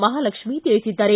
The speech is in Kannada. ಮಹಾಲಕ್ಷ್ಮೀ ತಿಳಿಸಿದ್ದಾರೆ